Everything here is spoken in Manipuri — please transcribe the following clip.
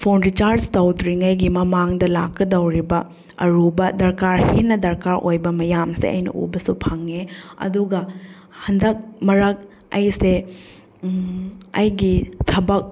ꯐꯣꯟ ꯔꯤꯆꯥꯔꯖ ꯇꯧꯗ꯭ꯔꯤꯉꯩꯒꯤ ꯃꯃꯥꯡꯗ ꯂꯥꯛꯀꯗꯧꯔꯤꯕ ꯑꯔꯨꯕ ꯗꯔꯀꯥꯔ ꯍꯦꯟꯅ ꯗꯔꯀꯥꯔ ꯑꯣꯏꯕ ꯃꯌꯥꯝꯁꯦ ꯑꯩꯅ ꯎꯕꯁꯨ ꯐꯪꯉꯦ ꯑꯗꯨꯒ ꯍꯟꯗꯛ ꯃꯔꯛ ꯑꯩꯁꯦ ꯑꯩꯒꯤ ꯊꯕꯛ